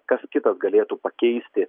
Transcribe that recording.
kas kitas galėtų pakeisti